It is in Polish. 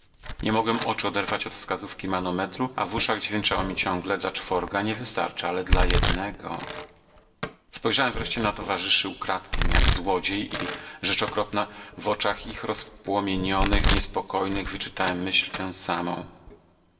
nie mogłem oczu oderwać od wskazówki manometru a w uszach dźwięczało mi ciągle dla czworga nie wystarczy ale dla jednego spojrzałem wreszcie na towarzyszy ukradkiem jak złodziej i rzecz okropna w oczach ich rozpłomienionych niespokojnych wyczytałem myśl tę samą